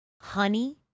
honey